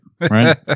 right